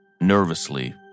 nervously